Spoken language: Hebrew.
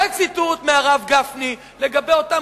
זה ציטוט מדבריו של הרב גפני לגבי אותם